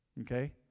okay